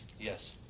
yes